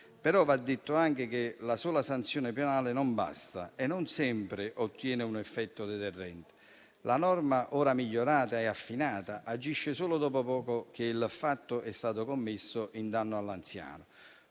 Però va detto anche che la sola sanzione penale non basta e non sempre ottiene un effetto deterrente. La norma, ora migliorata e affinata, agisce solo dopo che il fatto è stato commesso in danno all'anziano.